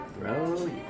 Bro